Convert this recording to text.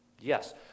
Yes